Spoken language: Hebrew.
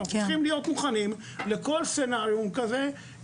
אבל אני יודע שאנחנו צריכים להיות מוכנים לכל תרחיש כזה וכולי,